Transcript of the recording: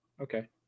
Okay